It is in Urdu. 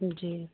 جی